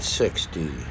sixty